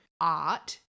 art